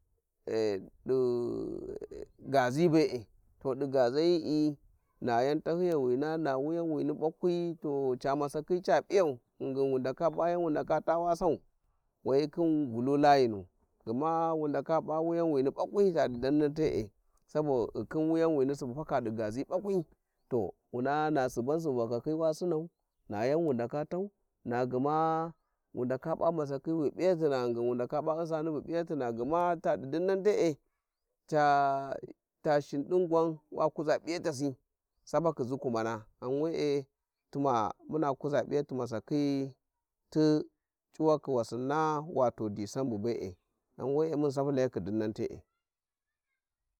Gazi be'e to di gazayi'i, na yan tahyiyuwana na wuyanwini bakwai to ca masakhi ca p'iyau, ghingm wa ndala p`a yan wu ndaka ta wa sau wai khin vulu layinu, gma wu ndaka p'a wuyanwini bakwi ca di dinnan te'e subo ghi khin wuyanwini subu faka ca di gazi bakwi towu na suban subu fakakhi wa sinau na yan wu ndaka tau, na gma wu ndaka p'a masakhi wi p'iyahna, ghingin wu ndaka på u'sani bu p'iyahina, gma ta di dimnan te'e ca ta shinedin gwan wa kuza p'iystasi sapakhi zukumana ghan we`e tuma muna kuza p'iyati masakhi ti e'uwakhi wasinna wato disamba be`e ghan we`e mun sapyi la yakni dinnan te'e.